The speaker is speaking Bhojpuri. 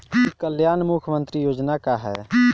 ई कल्याण मुख्य्मंत्री योजना का है?